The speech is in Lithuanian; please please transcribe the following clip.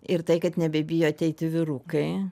ir tai kad nebebijo ateiti vyrukai